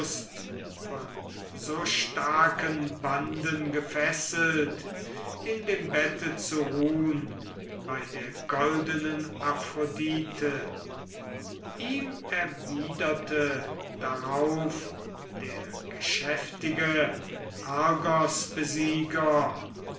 von so starken banden gefesselt in dem bette zu ruhn bei der goldenen aphrodite ihm erwiderte darauf der geschäftige argosbesieger